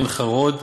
עין-חרוד,